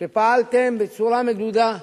שפעלתם בצורה מדודה,